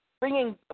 bringing